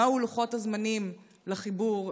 2. מהם לוחות הזמנים לחיבור,